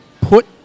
put